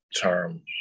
term